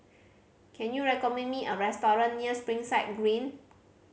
can you recommend me a restaurant near Springside Green